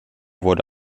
wurde